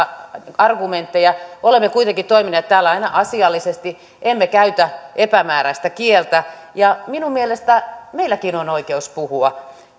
argumentteja olemme kuitenkin toimineet täällä aina asiallisesti emme käytä epämääräistä kieltä minun mielestäni meilläkin on oikeus puhua